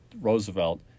Roosevelt